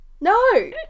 No